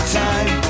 time